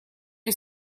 при